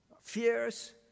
fears